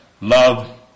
Love